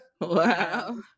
Wow